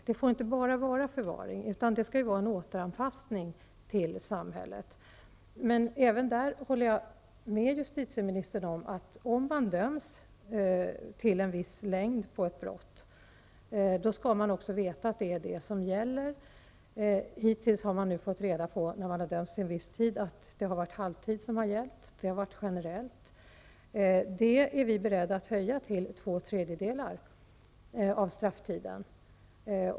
Det får inte bara vara förvaring, utan det skall vara en återanpassning till samhället. Men jag håller med justitieministern om att om man döms till ett straff av en viss längd, skall man också veta att det är det som gäller. Hittills har man, när man har dömts till en viss tid, fått reda på att halvtid har gällt generellt. Det är vi beredda att höja till två tredjedelar av strafftiden.